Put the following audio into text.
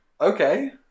Okay